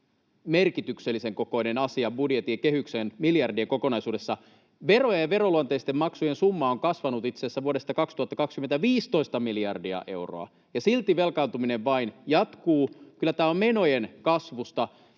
merkityksellisen kokoinen asia budjetin ja kehyksen miljardien kokonaisuudessa. Verojen ja veroluonteisten maksujen summa on kasvanut itse asiassa 15 miljardia euroa vuodesta 2020, ja silti velkaantuminen vain jatkuu. Kyllä tämä on menojen kasvusta.